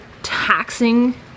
taxing